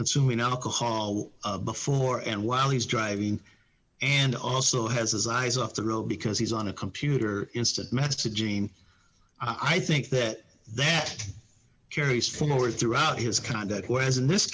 consuming alcohol before and while he's driving and also has his eyes off the road because he's on a computer instant messaging i think that that carries forward throughout his conduct whereas in this